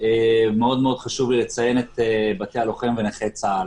מאוד מאוד חשוב לי לציין את בתי הלוחם ונכי צה"ל.